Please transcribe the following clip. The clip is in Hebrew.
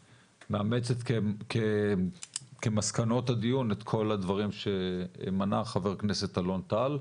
ומאמצת כמסקנות הדיון את כל הדברים שמנה חבר הכנסת אלון טל.